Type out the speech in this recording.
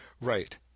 Right